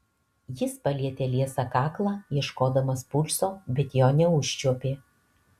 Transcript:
jis palietė liesą kaklą ieškodamas pulso bet jo neužčiuopė